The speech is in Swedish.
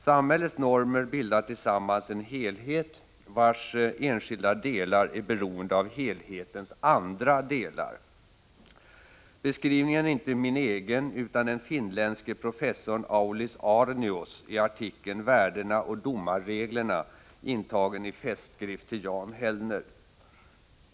Samhällets normer bildar tillsammans en helhet, vars enskilda delar är beroende av helhetens andra delar. Beskrivningen är inte min egen utan den finländske professorn Aulis Aarnios i artikeln Värdena och domarreglerna, intagen i festskrift till Jan Hellner.